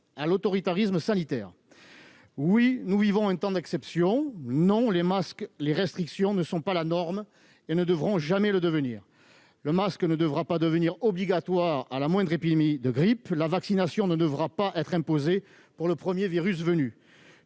l'autoritarisme sanitaire. Oui, nous vivons une période d'exception. Non, les masques et les restrictions ne sont pas la norme et ne devront jamais le devenir ! Le masque ne devra pas devenir obligatoire à la moindre épidémie de grippe et la vaccination ne devra pas être imposée à tous au premier virus venu.